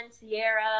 Sierra